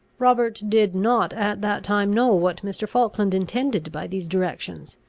robert did not at that time know what mr. falkland intended by these directions,